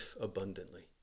abundantly